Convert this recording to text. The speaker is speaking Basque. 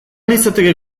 litzateke